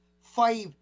five